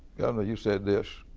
governor, you said this